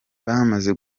bamaze